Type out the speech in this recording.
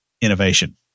Innovation